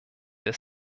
der